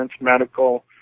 medical